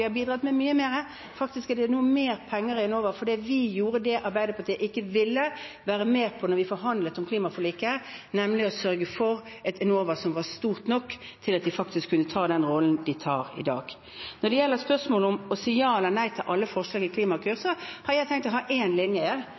har bidratt med mye mer. Faktisk er det nå mer penger i Enova fordi vi gjorde det Arbeiderpartiet ikke ville være med på da vi forhandlet om klimaforliket, nemlig å sørge for et Enova som var stort nok til at de faktisk kunne ta den rollen de tar i dag. Når det gjelder spørsmålet om å si ja eller nei til alle forslag i Klimakur, har jeg tenkt å ha én linje